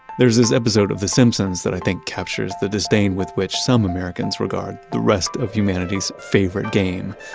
there's this episode of the simpsons that i think captures the disdain with which some americans regard the rest of humanity's favorite game.